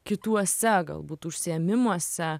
kituose galbūt užsiėmimuose